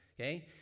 okay